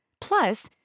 Plus